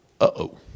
Uh-oh